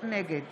נגד